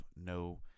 no